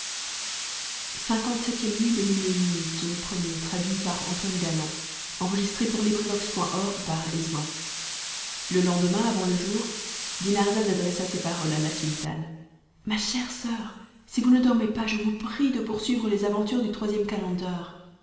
le lendemain avant le jour dinarzade adressa ces paroles à la sultane ma chère soeur si vous ne dormez pas je vous prie de poursuivre les aventures du troisième calender